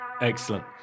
Excellent